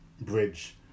bridge